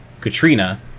Katrina